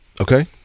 Okay